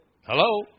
Hello